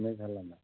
তুমি খালানে নাই